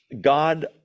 God